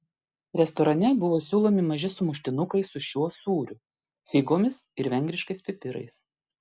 restorane buvo siūlomi maži sumuštinukai su šiuo sūriu figomis ir vengriškais pipirais